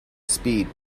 speed